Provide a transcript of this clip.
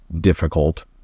difficult